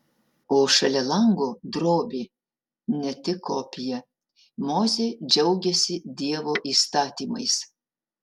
o šalia lango drobė ne tik kopija mozė džiaugiasi dievo įstatymais